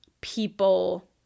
people